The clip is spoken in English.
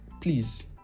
please